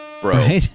bro